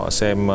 xem